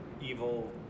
evil